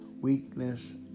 weakness